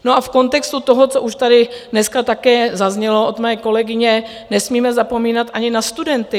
No a v kontextu toho, co už tady dneska také zaznělo od mé kolegyně, nesmíme zapomínat ani na studenty.